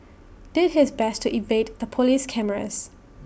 did his best to evade the Police cameras